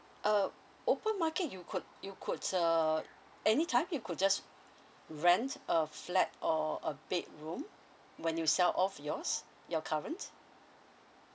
uh open market you could you could uh any time you could just rent a flat or a bedroom when you sell off yours your current